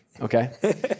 okay